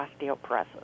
osteoporosis